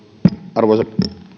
arvoisa